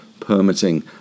permitting